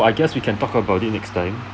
I guess we can talk about it next time